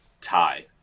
tie